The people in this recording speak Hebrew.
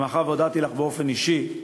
ומאחר שהודעתי לך באופן אישי,